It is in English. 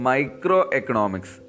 Microeconomics